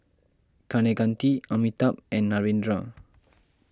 Kaneganti Amitabh and Narendra